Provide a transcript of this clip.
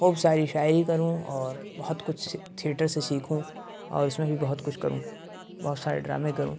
خوب ساری شاعری کروں اور بہت کچھ تھیئٹر سے سیکھوں اور اِس میں بھی بہت کچھ کروں بہت سارے ڈرامے کروں